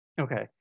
Okay